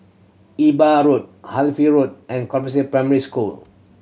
Imbiah Road Halifax Road and Compassvale Primary School